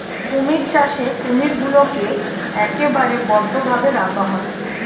কুমির চাষে কুমিরগুলোকে একেবারে বদ্ধ ভাবে রাখা হয়